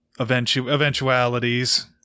eventualities